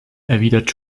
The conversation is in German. erwidert